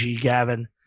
Gavin